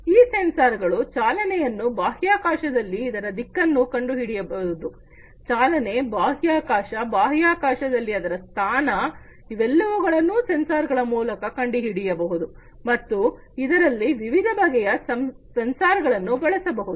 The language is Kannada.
ಈ ಸೆನ್ಸಾರ್ಗಳು ಚಾಲನೆಯನ್ನು ಬಾಹ್ಯಾಕಾಶದಲ್ಲಿ ಅದರ ದಿಕ್ಕನ್ನು ಕಂಡುಹಿಡಿಯಬಹುದು ಚಾಲನೆ ಬಾಹ್ಯಾಕಾಶ ಬಾಹ್ಯಾಕಾಶದಲ್ಲಿ ಅದರ ಸ್ಥಾನ ಇವೆಲ್ಲವುಗಳನ್ನು ಸೆನ್ಸಾರ್ ಗಳ ಮೂಲಕ ಕಂಡುಹಿಡಿಯಬಹುದು ಮತ್ತು ಇದರಲ್ಲಿ ವಿವಿಧ ಬಗೆಯ ಸೆನ್ಸಾರ್ ಗಳನ್ನು ಬಳಸಬಹುದು